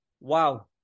wow